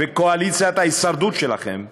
וקואליציית ההישרדות שלכם,